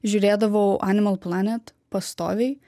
žiūrėdavau animal planet pastoviai